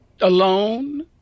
alone